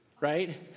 Right